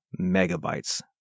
megabytes